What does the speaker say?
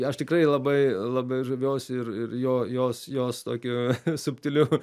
aš tikrai labai labai žaviuosi ir ir jo jos jos tokiu subtiliu